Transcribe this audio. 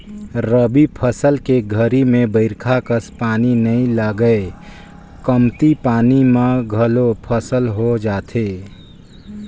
रबी फसल के घरी में बईरखा कस पानी नई लगय कमती पानी म घलोक फसल हो जाथे